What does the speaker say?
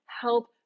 help